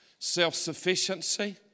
self-sufficiency